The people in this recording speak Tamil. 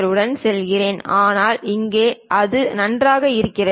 உடன் செல்கிறேன் என்றால் இங்கே இது நன்றாக இருக்கிறது